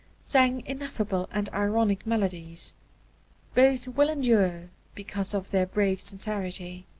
sang ineffable and ironic melodies both will endure because of their brave sincerity,